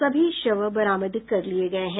सभी शव बरामद कर लिये गये हैं